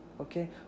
okay